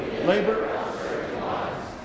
Labor